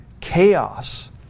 chaos